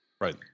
Right